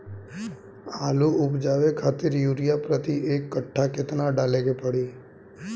आलू उपजावे खातिर यूरिया प्रति एक कट्ठा केतना डाले के पड़ी?